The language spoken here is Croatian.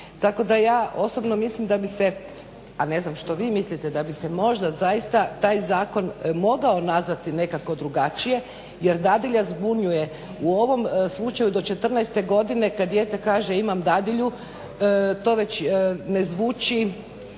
Tako da ja osobno mislim da bi se, a ne znam što vi mislite, da bi se možda zaista taj zakon mogao nazvati nekako drugačije jer dadilja zbunjuje. U ovom slučaju do 14 godine kad dijete kaže imam dadilju to već ne zvuči